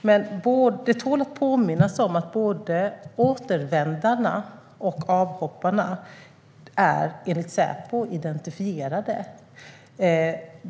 Det tål att påminnas om att både återvändarna och avhopparna enligt Säpo är identifierade.